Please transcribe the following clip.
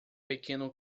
pequeno